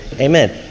Amen